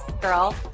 girl